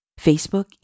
Facebook